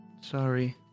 Sorry